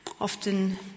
Often